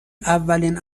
اولین